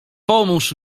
pomóż